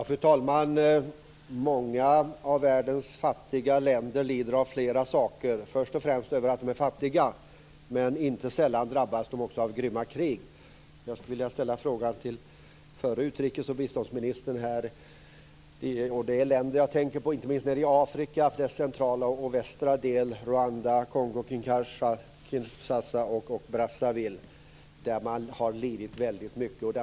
Fru talman! Många av världens fattiga länder lider av flera saker. Först och främst lider de av att de är fattiga. Men inte sällan drabbas de också av grymma krig. Jag skulle vilja ställa en fråga om detta till förra utrikes och biståndsministern. De länder jag tänker på ligger inte minst nere i Afrika, dess centrala och västra del. Det gäller Rwanda, Kongo-Kinsahsa och Kongo-Brazzaville. Där har man lidit väldigt mycket.